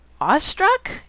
awestruck